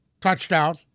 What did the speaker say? touchdown